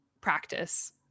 practice